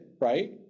right